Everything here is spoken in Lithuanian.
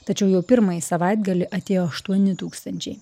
tačiau jau pirmąjį savaitgalį atėjo aštuoni tūkstančiai